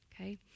okay